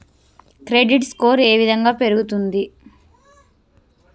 Credit score ఏ విధంగా పెరుగుతుంది?